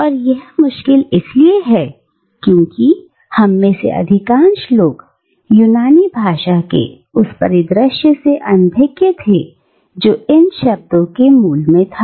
और यह मुश्किल इसलिए है क्योंकि हम में से अधिकांश लोग यूनानी भाषा के उस परिदृश्य से अनभिज्ञ थे जो इन शब्दों के मूल में था